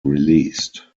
released